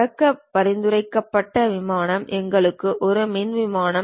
தொடங்க பரிந்துரைக்கப்பட்ட விமானம் எங்களுக்கு ஒரு முன் விமானம்